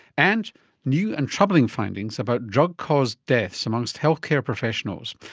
and new and troubling findings about drug caused deaths amongst healthcare professionals.